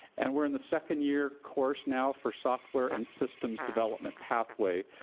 and we're in the second year course now for software and systems development pathway,